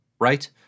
right